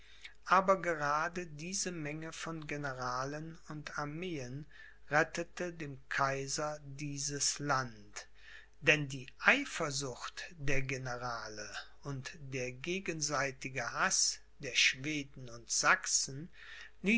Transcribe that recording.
aber gerade diese menge von generalen und armeen rettete dem kaiser dieses land denn die eifersucht der generale und der gegenseitige haß der schweden und sachsen